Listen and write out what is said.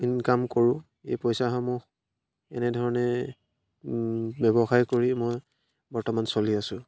income কৰোঁ এই পইচাসমূহ এনেধৰণে ব্যৱসায় কৰি মই বৰ্তমান চলি আছোঁ